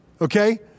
Okay